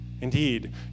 Indeed